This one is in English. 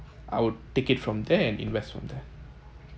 I'll take it from there and invest from there